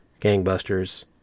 Gangbusters